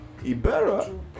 ibera